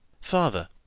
Father